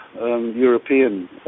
European